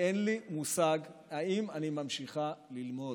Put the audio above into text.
ואין לי מושג אם אני ממשיכה ללמוד.